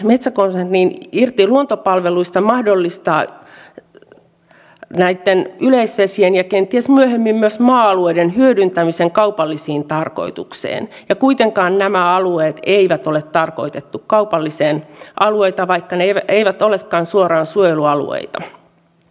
metso konsernin irti luontopalveluista mahdollistaa näitten yleisvesien ja kenties myöhemmin myös maa alueiden hyödyntämisen kaupallisiin tarkoituksiin ja kuitenkaan näitä alueita ei ole tarkoitettu kaupallisiin tarkoituksiin vaikka ne eivät olekaan suoraan suojelualueita